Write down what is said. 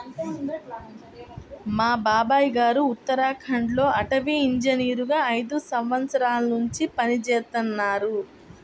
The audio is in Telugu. మా బాబాయ్ గారు ఉత్తరాఖండ్ లో అటవీ ఇంజనీరుగా ఐదు సంవత్సరాల్నుంచి పనిజేత్తన్నారు